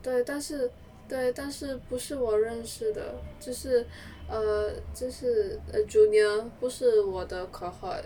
对但是对但是不是我认识的只是 err 就是 a junior 不是我的 cohort